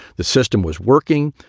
the system was working.